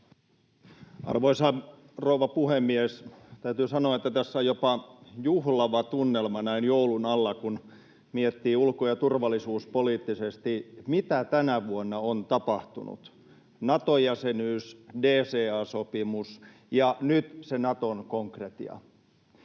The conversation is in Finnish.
Arvoisa rouva puhemies! Täytyy sanoa, että tässä on jopa juhlava tunnelma näin joulun alla, kun miettii ulko- ja turvallisuuspoliittisesti, mitä tänä vuonna on tapahtunut: Nato-jäsenyys, DCA-sopimus ja nyt se Naton konkretia.